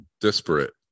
disparate